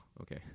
okay